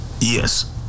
Yes